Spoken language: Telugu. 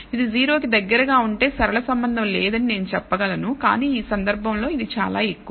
ఇది 0 కి దగ్గరగా ఉంటే సరళ సంబంధం లేదని నేను చెప్పగలను కానీ ఈ సందర్భంలో ఇది చాలా ఎక్కువ